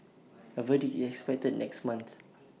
A verdict is expected next month